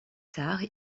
tard